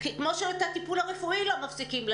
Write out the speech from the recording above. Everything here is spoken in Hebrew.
כמו שאת הטיפול הרפואי לא מפסיקים להם,